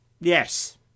Yes